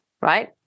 right